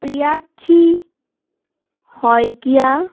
Priyakshi Saikia